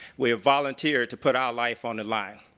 we volunteer to put our life on the line.